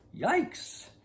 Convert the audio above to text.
yikes